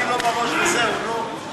תני לו בראש וזהו, נו.